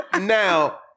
Now